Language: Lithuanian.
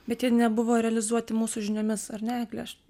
bet jie nebuvo realizuoti mūsų žiniomis ar ne egle aš